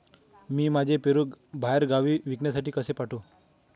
मी माझे पेरू बाहेरगावी विकण्यासाठी कसे पाठवू?